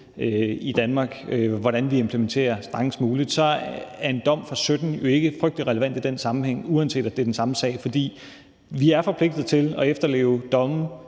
stilling til hvordan vi implementerer strengest muligt. Så er en dom fra 2017 jo ikke frygtelig relevant i den sammenhæng, uanset at det er den samme sag, for vi er forpligtet til at efterleve domme